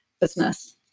business